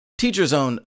teacherzone